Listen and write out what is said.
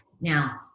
Now